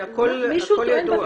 הכול ידוע.